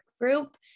group